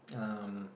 um